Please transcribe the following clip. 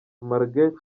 margaret